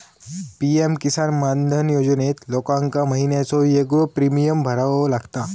PM Kisan Maandhan योजनेत लोकांका महिन्याचो येगळो प्रीमियम भरावो लागता